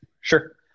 Sure